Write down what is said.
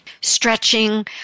stretching